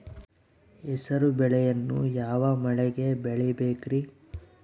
ಹೆಸರುಬೇಳೆಯನ್ನು ಯಾವ ಮಳೆಗೆ ಬೆಳಿಬೇಕ್ರಿ?